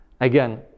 again